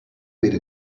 made